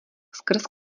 skrz